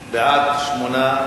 בעד, 8,